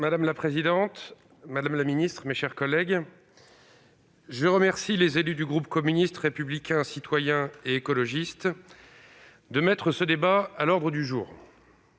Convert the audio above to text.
Madame la présidente, madame la ministre, mes chers collègues, je remercie les élus du groupe communiste républicain citoyen et écologiste d'avoir demandé l'inscription